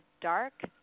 dark